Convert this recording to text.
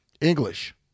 English